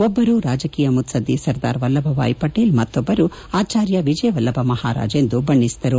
ಒಬ್ಬರು ರಾಜಕೀಯ ಮುತ್ತದಿ ಸರ್ದಾರ್ ವಲ್ಲಭ ಭಾಯ್ ಪಟೇಲ್ ಮತ್ತೊಬ್ಬರು ಆಚಾರ್ಯ ವಿಜಯ ವಲ್ಲಭ ಮಹಾರಾಜ್ ಎಂದು ಬಣ್ಣೆಸಿದರು